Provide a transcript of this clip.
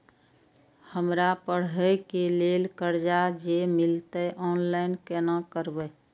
हमरा पढ़े के लेल कर्जा जे मिलते ऑनलाइन केना करबे?